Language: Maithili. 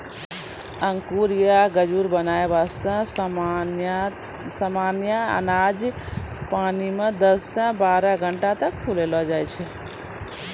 अंकुरण या गजूर बनाय वास्तॅ सामान्यतया अनाज क पानी मॅ दस सॅ बारह घंटा तक फुलैलो जाय छै